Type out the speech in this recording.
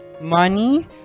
money